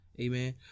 amen